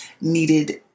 needed